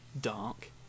dark